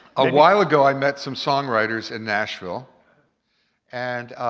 a while ago, i met some song writers in nashville and